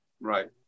Right